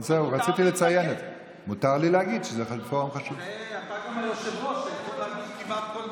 אני לא אמרתי שהם לא חשובים, אבל מותר להתנגד.